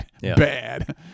Bad